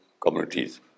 communities